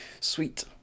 Sweet